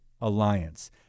Alliance